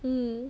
um